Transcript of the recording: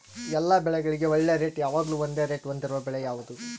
ಎಲ್ಲ ಬೆಳೆಗಳಿಗೆ ಒಳ್ಳೆ ರೇಟ್ ಯಾವಾಗ್ಲೂ ಒಂದೇ ರೇಟ್ ಹೊಂದಿರುವ ಬೆಳೆ ಯಾವುದು?